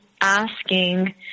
asking